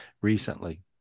recently